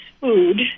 food